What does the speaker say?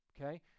okay